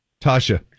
Tasha